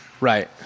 Right